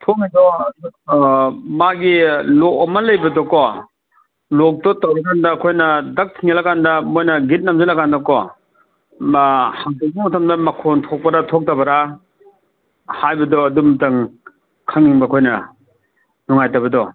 ꯊꯣꯡ ꯍꯥꯏꯗꯣ ꯃꯥꯒꯤ ꯂꯣꯛ ꯑꯃ ꯂꯩꯕꯗꯣꯀꯣ ꯂꯣꯛꯇꯣ ꯇꯧꯔ ꯀꯥꯟꯗ ꯑꯩꯈꯣꯏꯅ ꯗꯛ ꯊꯤꯡꯖꯤꯜꯂ ꯀꯥꯟꯗ ꯃꯣꯏꯅ ꯒꯤꯠ ꯅꯝꯖꯤꯜꯂ ꯀꯥꯟꯗꯀꯣ ꯍꯥꯡꯇꯣꯛꯄ ꯃꯇꯝꯗ ꯃꯈꯣꯜ ꯊꯣꯛꯄꯔꯥ ꯊꯣꯛꯇꯕꯔꯥ ꯍꯥꯏꯕꯗꯣ ꯑꯗꯨ ꯑꯃꯇꯪ ꯈꯪꯅꯤꯡꯕ ꯑꯩꯈꯣꯏꯅ ꯅꯨꯡꯉꯥꯏꯇꯕꯗꯣ